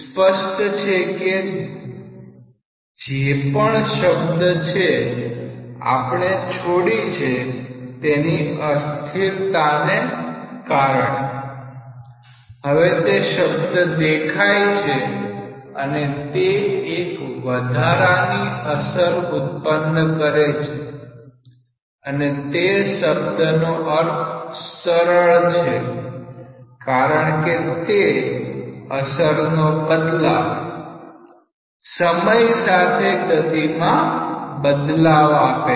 તેથી સ્પષ્ટ છે કે કે જે પણ શબ્દ છે આપણે છોડી છે તેની સ્થિરતાના કારણે હવે તે શબ્દ દેખાય છે અને તે એક વધારાની અસર ઉત્પન્ન કરે છે અને તે શબ્દનો અર્થ સરળ છે કારણ કે તે અસરનો બદલાવ સમય સાથે ગતિમાં બદલાવ આપે છે